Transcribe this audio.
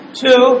two